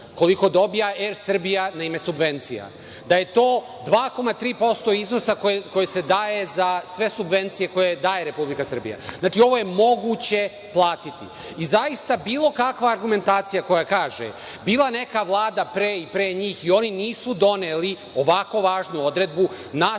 koliko dobija ER Srbija na ime subvencija. Da je to 2,3 % iznosa koje daje Republika Srbija za sve. Znači, ovo je moguće platiti. Zaista, bilo kakva argumentacija koja kaže, bila neka Vlada pre i pre njih i oni nisu doneli ovako važnu odredbu, nas iz